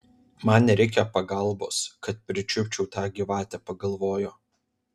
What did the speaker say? man nereikia pagalbos kad pričiupčiau tą gyvatę pagalvojo